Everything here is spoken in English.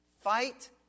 Fight